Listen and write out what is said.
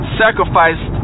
sacrificed